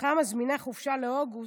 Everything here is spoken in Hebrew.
וכשאשתך מזמינה חופשה לאוגוסט,